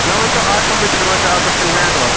مےٚ ؤنۍتو آٹوٗمیٹِک روزیٛا اَصٕل کِنہٕ مینوَل